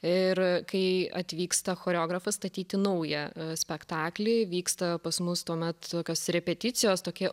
ir kai atvyksta choreografas statyti naują spektaklį vyksta pas mus tuomet tokios repeticijos tokie